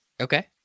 okay